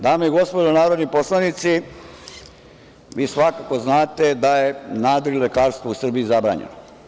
Dame i gospodo narodni poslanici, vi svakako znate da je nadrilekarstvo u Srbiji zabranjeno.